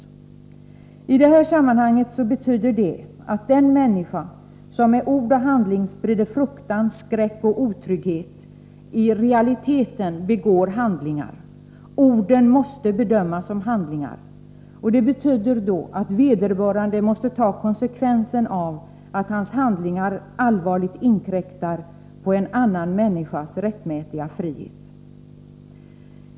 I detta sammanhang betyder det att den människa som med ord och handling sprider fruktan, skräck och otrygghet i realiteten begår handlingar — orden måste bedömas som handlingar — vilket betyder att vederbörande måste ta konsekvensen av att hans handlingar allvarligt inkräktar på en annan människas rättmätiga frihet.